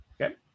Okay